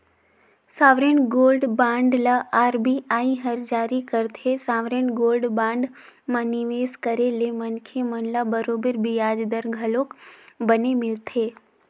sovereign gold bond ल RBI हर जारी करथे, सॉवरेन गोल्ड बांड म निवेस करे ले मनखे मन ल बरोबर बियाज दर घलोक बने मिलथे